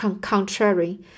contrary